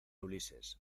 ulises